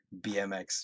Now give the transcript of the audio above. bmx